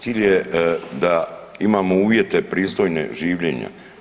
Cilj je da imamo uvjete pristojne življenja.